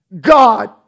God